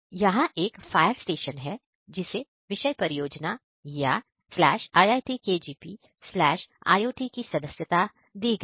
यहाँ एक fire station है जिसे विषय परियोजना iitkgp iot की सदस्यता दी गई है